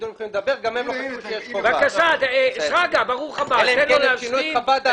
גם הוא לא חשב שיש חובה כזאת אלא אם הם שינו את חוות דעתם.